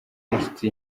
n’inshuti